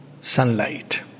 sunlight